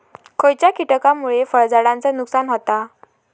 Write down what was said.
खयच्या किटकांमुळे फळझाडांचा नुकसान होता?